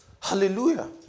Hallelujah